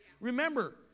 Remember